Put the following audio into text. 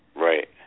Right